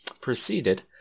proceeded